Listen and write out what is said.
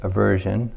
Aversion